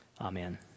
Amen